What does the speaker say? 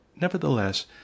Nevertheless